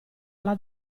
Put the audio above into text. alla